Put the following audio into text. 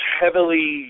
heavily